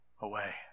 away